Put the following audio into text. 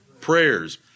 prayers